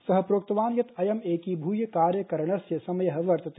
सःप्रोक्तवान्यत्अयंएकीभूयकार्य करणस्यसमयःवर्तते